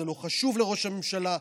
זה לא חשוב לראש הממשלה,